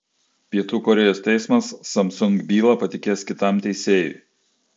pietų korėjos teismas samsung bylą patikės kitam teisėjui